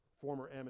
former